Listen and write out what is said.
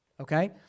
okay